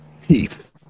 Teeth